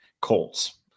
Colts